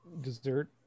dessert